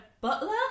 butler